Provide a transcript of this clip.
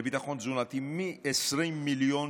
לביטחון תזונתי מ-20 מיליון